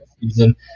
season